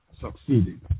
succeeded